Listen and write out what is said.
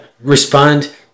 Respond